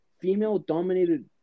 female-dominated